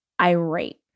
irate